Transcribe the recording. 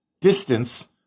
distance